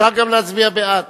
אפשר גם להצביע בעד,